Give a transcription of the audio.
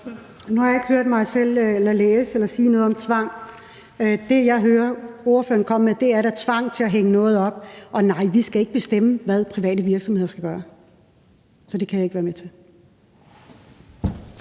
Nu har man ikke hørt mig sige eller læse noget om tvang. Det, jeg hører ordføreren komme med, er da tvang til at slå noget op. Og nej, vi skal ikke bestemme, hvad private virksomheder skal gøre. Så det kan jeg ikke være med til.